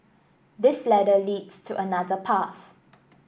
this ladder leads to another path